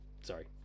Sorry